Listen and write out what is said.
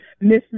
Miss